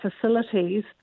facilities